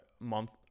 month